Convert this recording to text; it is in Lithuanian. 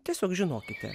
tiesiog žinokite